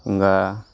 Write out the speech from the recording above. ఇంకా